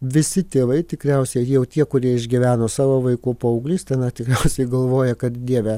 visi tėvai tikriausiai jau tie kurie išgyveno savo vaikų paauglystę na tikriausiai galvoja kad dieve